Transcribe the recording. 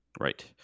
Right